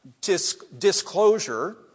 disclosure